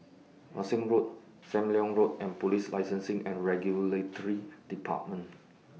Wan Shih Road SAM Leong Road and Police Licensing and Regulatory department